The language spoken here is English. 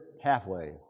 halfway